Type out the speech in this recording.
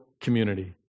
community